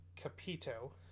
Capito